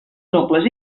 nobles